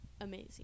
Amazing